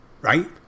Right